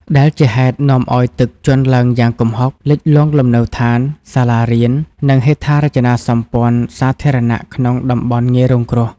ដែលជាហេតុនាំឱ្យទឹកជន់ឡើងយ៉ាងគំហុក លិចលង់លំនៅដ្ឋាន សាលារៀន និងហេដ្ឋារចនាសម្ព័ន្ធសាធារណៈក្នុងតំបន់ងាយរងគ្រោះ។